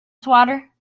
swatter